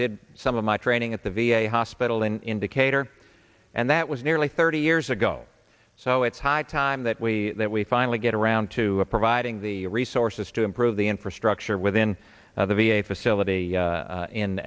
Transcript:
did some of my training at the v a hospital in decatur and that was nearly thirty years ago so it's high time that we that we finally get around to providing the resources to improve the infrastructure within the v a facility